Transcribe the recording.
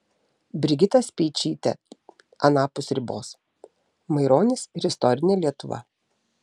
brigita speičytė anapus ribos maironis ir istorinė lietuva